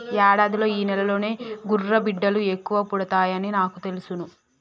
యాడాదిలో ఈ నెలలోనే గుర్రబిడ్డలు ఎక్కువ పుడతాయని నాకు తెలుసును